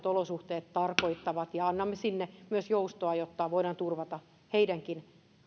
olosuhteet tarkoittavat ja annamme sinne myös joustoa jotta voidaan turvata heidänkin